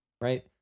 right